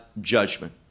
judgment